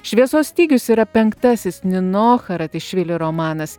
šviesos stygius yra penktasis nino haratišvili romanas